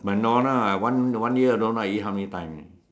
McDonald ah I one one year eat don't know how many time only